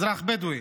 אזרח בדואי.